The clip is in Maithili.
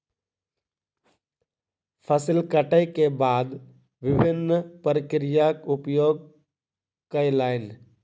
फसिल कटै के बाद विभिन्न प्रक्रियाक उपयोग कयलैन